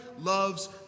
loves